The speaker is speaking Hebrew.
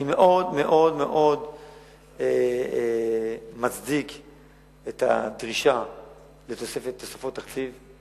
אני מאוד-מאוד-מאוד מצדיק את הדרישה לתוספות תקציב,